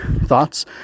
thoughts